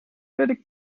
werde